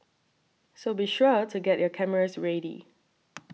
so be sure to get your cameras ready